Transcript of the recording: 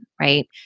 right